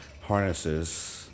harnesses